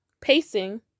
pacing